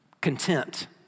content